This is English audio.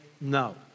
No